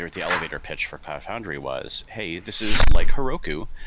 the elevator pitch for cloud foundry was hey, this is like heroku,